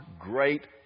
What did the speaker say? great